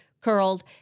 curled